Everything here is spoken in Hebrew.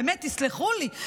באמת תסלחו לי,